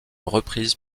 reprise